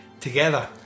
together